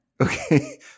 okay